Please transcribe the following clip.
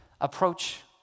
approach